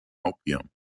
opium